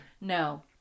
No